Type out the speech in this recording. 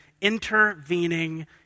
intervening